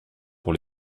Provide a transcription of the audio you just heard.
pour